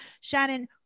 Shannon